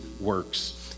works